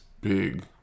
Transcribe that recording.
big